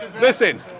listen